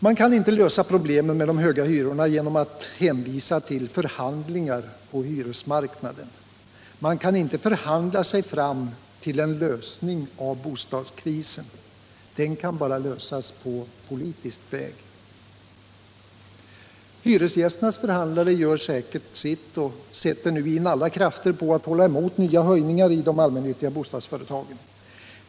Det går inte att lösa problemen med de höga hyrorna genom att hänvisa till förhandlingar på hyresmarknaden. Man kan inte förhandla sig fram till en lösning av bostadskrisen, den kan bara lösas på politisk väg. Hyresgästernas förhandlare gör säkert sitt och sätter nu in alla krafter på att hålla emot nya höjningar i de allmännyttiga bostadsföretagen.